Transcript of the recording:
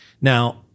Now